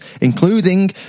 including